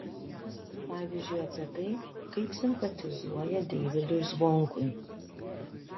pavyzdžiui apie tai kaip simpatizuoja deivydui zvonkui